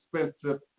expensive